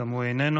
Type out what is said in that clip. גם הוא איננו,